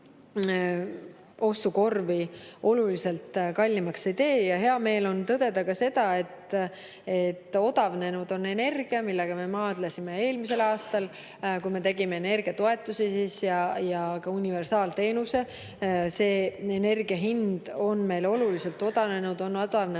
ostukorvi oluliselt kallimaks ei tee. Hea meel on tõdeda, et odavnenud on energia, mille hinnaga me maadlesime eelmisel aastal, kui me tegime energiatoetusi ja ka universaalteenuse. Energia hind on meil oluliselt odavnenud: on odavnenud